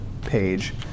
page